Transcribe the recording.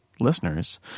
listeners